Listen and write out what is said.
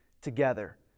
together